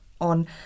on